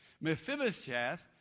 Mephibosheth